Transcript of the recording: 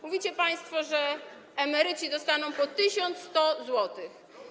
Mówicie państwo, że emeryci dostaną po 1100 zł.